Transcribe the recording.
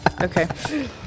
Okay